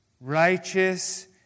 Righteous